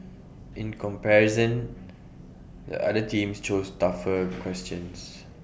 in comparison the other teams chose tougher questions